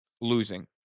losing